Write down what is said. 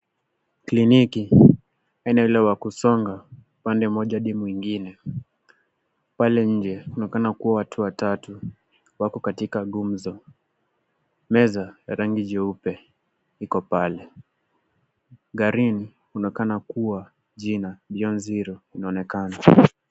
Kliniki aina ule wa kusonga pande moja hadi mwingine, pale nje kunaonekana kuwa watu watatu. Wako katika gumzo. Meza ya rangi jeupe iko pale. Garini kunaonekana kuwa jina BEYOND ZERO, inaonekana.